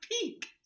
Peak